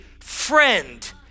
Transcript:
friend